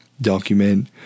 document